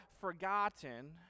forgotten